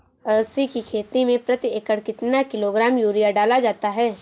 अलसी की खेती में प्रति एकड़ कितना किलोग्राम यूरिया डाला जाता है?